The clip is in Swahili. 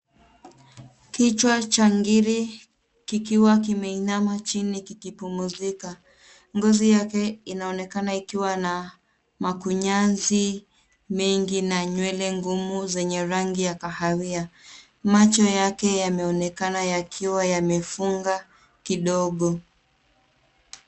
Kichwa cha ngiri kikiwa kimeinama chini kikipumuzika. Ngozi yake inaonekana ikiwa na makunyazi mengi na nywele ngumu zenye rangi ya kahawia. Macho yake yameonekana yakiwa yamefunga kidogo.